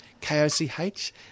K-O-C-H